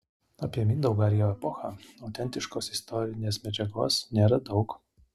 apie mindaugą ir jo epochą autentiškos istorinės medžiagos nėra daug